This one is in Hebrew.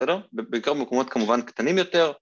‫בעיקר במקומות כמובן קטנים יותר.